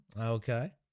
Okay